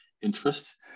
interest